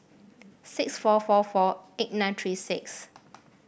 six four four four eight nine three six